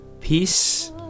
Peace